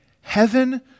heaven